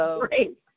great